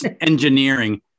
engineering